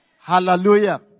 Hallelujah